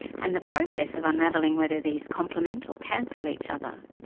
and the process of unravelling whether these complement or cancel each other.